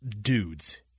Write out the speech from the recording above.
dudes